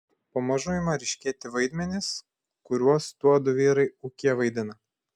pamažu ima ryškėti vaidmenys kuriuos tuodu vyrai ūkyje vaidina